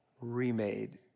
remade